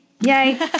Yay